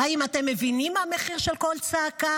האם אתם מבינים מה המחיר של כל צעקה?